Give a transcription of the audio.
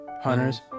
Hunters